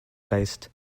based